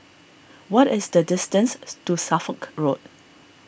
what is the distance to Suffolk Road